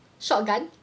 shot gun